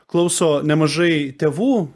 klauso nemažai tėvų